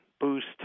boost